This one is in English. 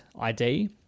ID